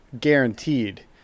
guaranteed